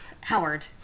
Howard